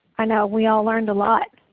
i know we all learned a lot,